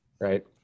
right